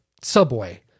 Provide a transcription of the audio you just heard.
subway